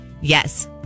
Yes